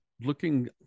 looking